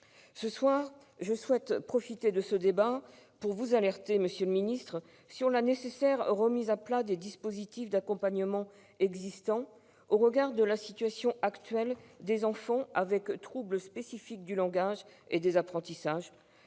Ce soir, je souhaite profiter de ce débat pour vous alerter, monsieur le secrétaire d'État, sur la nécessaire remise à plat des dispositifs d'accompagnement existants, au regard de la situation actuelle des enfants atteints de troubles spécifiques du langage et des apprentissages,